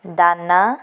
ଦାନା